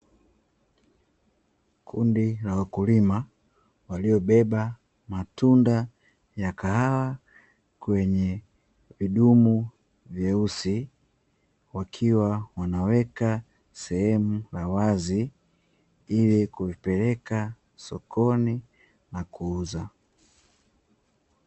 Kundi la wakulima waliobeba matunda yakahawa kwenye vidumu vyeusi, wakiwa wanaweka sehemu ya wazi ili kuipeleka sokoni na kuuza.